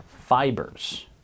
fibers